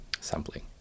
sampling